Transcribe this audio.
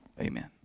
Amen